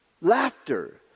laughter